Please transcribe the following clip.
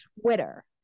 twitter